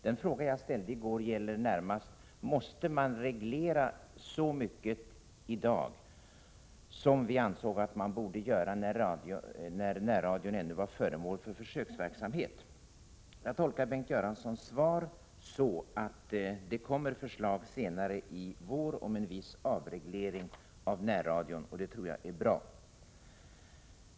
Den fråga jag ställde i går gällde närmast: Måste man reglera så mycket i dag som vi ansåg att man borde göra då närradion ännu var föremål för försöksverksamhet? Jag tolkar Bengt Göranssons svar så, att det kommer förslag senare i vår om en viss avreglering av närradion. Det tror jag är bra.